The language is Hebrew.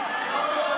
לא לא לא.